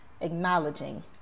acknowledging